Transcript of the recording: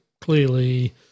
clearly